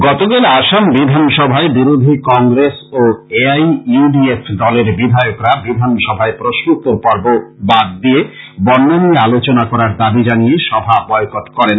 গতকাল আসাম বিধানসভায় বিরোধী কংগ্রেস ও A I U D F দলের বিধায়করা বিধানসভায় প্রশ্নোত্তর পর্ব বাদ দিয়ে বন্যা নিয়ে আলোচনা করার দাবী জানিয়ে সভা বয়কট করেন